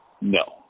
No